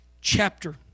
chapter